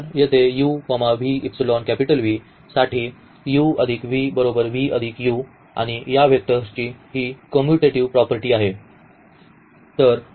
तर येथे साठी आणि या वेक्टर्सची ही कॉम्यूटेटिव्ह प्रॉपर्टी आहे